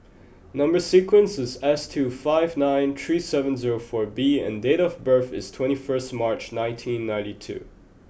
number sequence is S two five nine three seven zero four B and date of birth is twenty first March nineteen ninety two